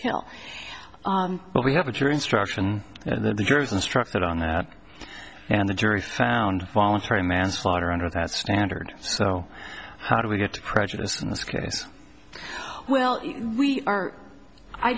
kill but we have a jury instruction and there's instructed on that and the jury found voluntary manslaughter under that standard so how do we get to prejudice in this case well we are i